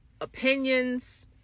opinions